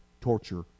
torture